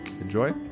Enjoy